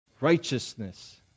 Righteousness